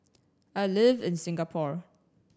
I live in Singapore